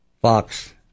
Fox